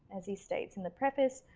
as he states in the preface,